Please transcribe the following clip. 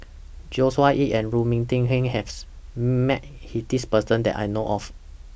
Joshua Ip and Lu Ming Teh Earl has Met He This Person that I know of